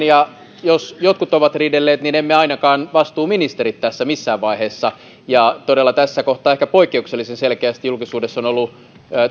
ja jos jotkut ovat riidelleet niin emme ainakaan me vastuuministerit tässä missään vaiheessa todella tässä kohtaa ehkä poikkeuksellisen selkeästi julkisuudessa on ollut